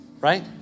right